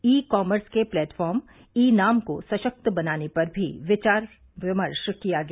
ई commerce के platform e NAM को सशक्त बनाने पर भी विचार विमर्श किया गया